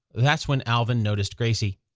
that's when alvin noticed gracie.